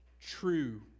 true